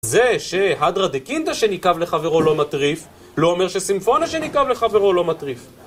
זה שהדרה דה קינדה שניקב לחברו לא מטריף, לא אומר שסימפונה שניקב לחברו לא מטריף.